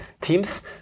teams